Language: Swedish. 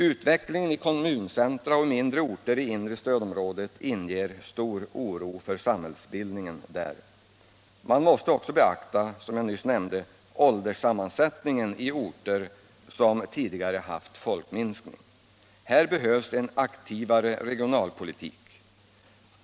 Utvecklingen i kommuncentra och mindre orter i det inre stödområdet inger stor oro för samhällsbildningen där. Man måste också beakta, som jag nyss nämnde, ålderssammansättningen i orter som tidigare haft folkminskning. Här behövs en aktivare regionalpolitik.